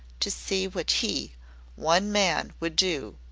to see what he one man would do.